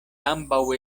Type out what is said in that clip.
ambaŭ